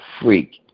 freak